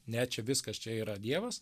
ne čia viskas čia yra dievas